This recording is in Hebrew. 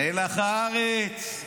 מלח הארץ,